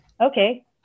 okay